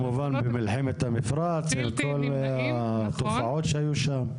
וכמובן במלחמת המפרץ וכל התופעות שהיו שם.